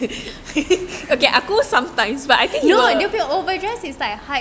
no dia punya overdress is